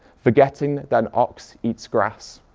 forgetting then ox eats grass.